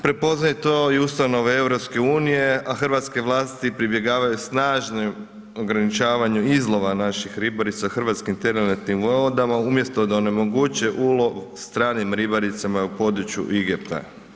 Prepoznaju to i ustanove EU, a hrvatske vlasti pribjegavaju snažnom ograničavanju izlova naših ribarica u hrvatskim teritorijalnim vodama umjesto da onemogućuje ulov stranim ribaricama u području IGP-a.